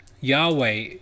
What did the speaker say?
Yahweh